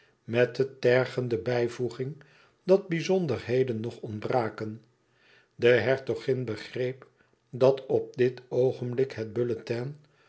met de tergende bijvoeging dat bizonderheden nog ontbraken de hertogin begreep dat op dit oogenblik het bulletin